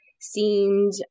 seemed